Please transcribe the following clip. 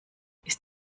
ist